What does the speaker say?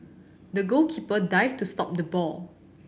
the goalkeeper dived to stop the ball